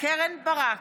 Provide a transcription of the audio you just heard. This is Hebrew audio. קרן ברק,